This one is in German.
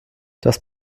das